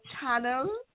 channel